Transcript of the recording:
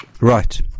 Right